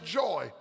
joy